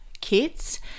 kids